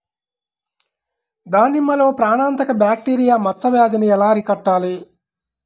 దానిమ్మలో ప్రాణాంతక బ్యాక్టీరియా మచ్చ వ్యాధినీ ఎలా అరికట్టాలి?